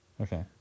Okay